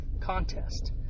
contest